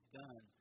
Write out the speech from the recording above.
done